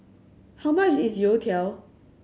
how much is Youtiao